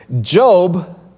Job